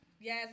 Yes